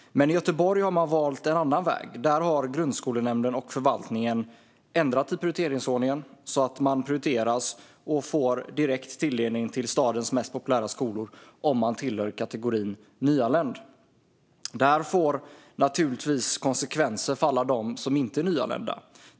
Men i Göteborg har man valt en annan väg. Där har grundskolenämnden och förvaltningen ändrat prioriteringsordningen så att man prioriteras och får direkt tilldelning till stadens mest populära skolor om man tillhör kategorin nyanländ. Det får naturligtvis konsekvenser för alla dem som inte är nyanlända.